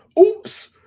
Oops